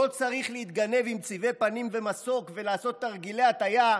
לא צריך להתגנב עם צבעי פנים ומסוק ולעשות תרגילי הטעיה